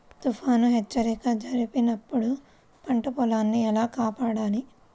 తుఫాను హెచ్చరిక జరిపినప్పుడు పంట పొలాన్ని ఎలా కాపాడాలి?